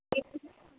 ఏ